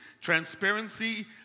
Transparency